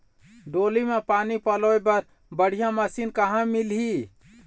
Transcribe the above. डोली म पानी पलोए बर बढ़िया मशीन कहां मिलही?